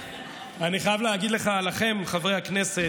אני חייב להגיד לך ולכם, חברי הכנסת: